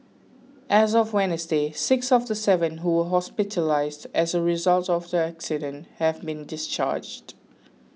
as of Wednesday six of the seven who were hospitalised as a result of the accident have been discharged